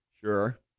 Sure